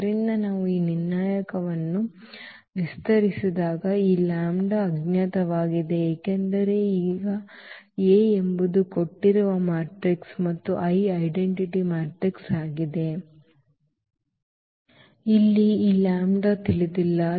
ಆದ್ದರಿಂದ ನಾವು ಈ ನಿರ್ಣಾಯಕವನ್ನು ವಿಸ್ತರಿಸಿದಾಗ ಈ ಅಜ್ಞಾತವಾಗಿದೆ ಏಕೆಂದರೆ ಈಗ A ಎಂಬುದು ಕೊಟ್ಟಿರುವ ಮ್ಯಾಟ್ರಿಕ್ಸ್ ಮತ್ತು I ಐಡೆಂಟಿಟಿ ಮ್ಯಾಟ್ರಿಕ್ಸ್ ಆಗಿದೆ ಇಲ್ಲಿ ಈ ಲ್ಯಾಂಬ್ಡಾ ತಿಳಿದಿಲ್ಲ